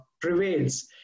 prevails